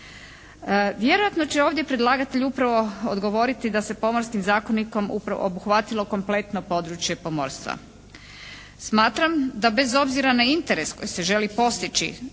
Vjerojatno će ovdje predlagatelj upravo odgovoriti da se Pomorskim zakonikom upravo obuhvatilo kompletno područje pomorstva. Smatram da bez obzira na interes koji se želi postići